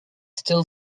still